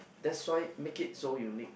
that's why make it so unique